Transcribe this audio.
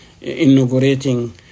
inaugurating